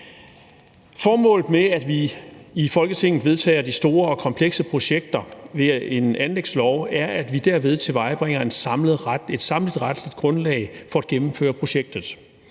Formålet med, at vi i Folketinget vedtager de store og komplekse projekter ved en anlægslov, er, at vi derved tilvejebringer et samlet retligt grundlag for at gennemføre projektet.